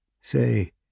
Say